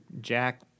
jack